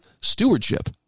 stewardship